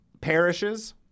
Parishes